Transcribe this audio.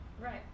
Right